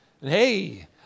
Hey